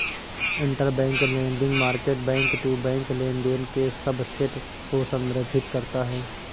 interbank lending market back to back लेनदेन के subset को संदर्भित करता है